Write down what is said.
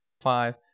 five